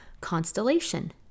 constellation